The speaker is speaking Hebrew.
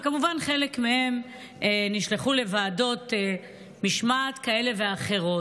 וכמובן חלק מהם נשלחו לוועדות משמעת כאלה ואחרות.